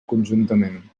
conjuntament